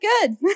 good